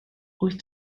wyth